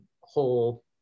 whole